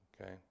okay